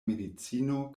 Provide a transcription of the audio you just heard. medicino